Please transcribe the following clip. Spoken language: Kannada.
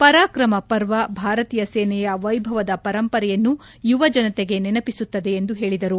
ಪರಾಕ್ರಮ ಪರ್ವ ಭಾರತೀಯ ಸೇನೆಯ ವೈಭವದ ಪರಂಪರೆಯನ್ನು ಯುವಜನತೆಗೆ ನೆನಪಿಸುತ್ತದೆ ಎಂದು ಹೇಳಿದರು